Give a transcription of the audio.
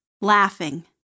laughing